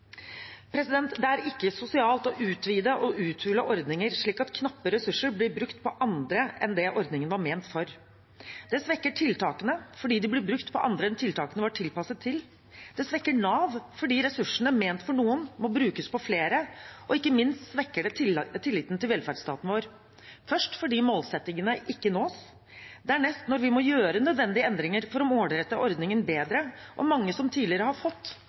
Det er ikke sosialt å utvide og uthule ordninger slik at knappe ressurser blir brukt på andre enn det ordningen var ment for. Det svekker tiltakene, fordi de blir brukt på andre enn tiltakene var tilpasset til. Det svekker Nav, fordi ressursene ment for noen må brukes på flere. Og ikke minst svekker det tilliten til velferdsstaten vår – først fordi målsettingene ikke nås, dernest når vi må gjøre nødvendige endringer for å målrette ordningen bedre, og når mange som tidligere har fått,